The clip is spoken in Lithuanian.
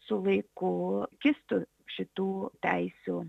su laiku kistų šitų teisių